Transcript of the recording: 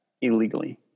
illegally